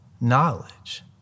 knowledge